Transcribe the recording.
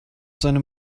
seinem